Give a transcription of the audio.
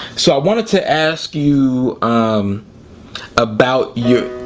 so i wanted to ask you um about you